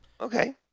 Okay